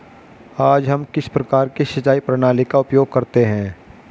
आज हम किस प्रकार की सिंचाई प्रणाली का उपयोग करते हैं?